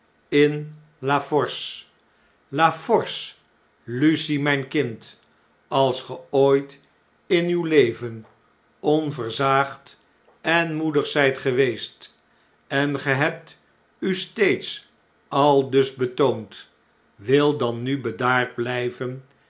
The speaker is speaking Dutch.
la force la force lucie rmjn kind als ge ooit in uw leven onversaagd en moedig zjjt geweest en ge hebt u steeds aldus betoond wil dan nu bedaard blijven